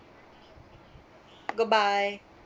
goodbye